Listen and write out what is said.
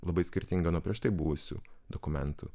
labai skirtinga nuo prieš tai buvusių dokumentų